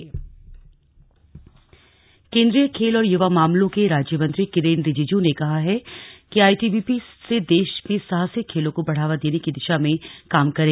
किरन रिजिज् केंद्रीय खेल और युवा मामालों के राज्यमंत्री किरेन रिजिजू ने कहा है कि आईटीबीपी से देश में साहसिक खेलों को बढ़ावा देने की दिशा में काम करें